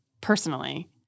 personally